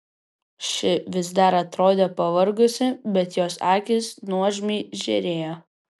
ši vis dar atrodė pavargusi bet jos akys nuožmiai žėrėjo